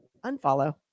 unfollow